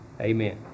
Amen